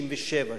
1967,